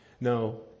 No